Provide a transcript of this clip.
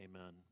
amen